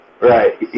right